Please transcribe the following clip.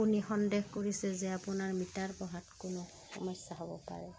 আপুনি সন্দেহ কৰিছে যে আপোনাৰ মিটাৰ পঢ়াত কোনো সমস্যা হ'ব পাৰে